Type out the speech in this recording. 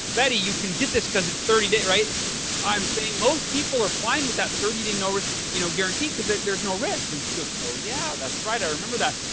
betty, you can get this because it's thirty day. i'm saying most people are fine with that thirty day no risk you know guarantee because there's there's no risk and she goes, oh yeah. that's right. i remember that.